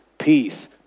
Peace